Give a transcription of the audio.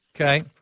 Okay